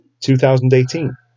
2018